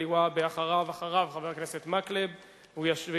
7164, 7165, 7168, 7199 ו-7231.